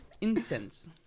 Incense